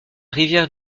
rivière